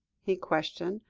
he questioned,